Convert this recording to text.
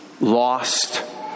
Lost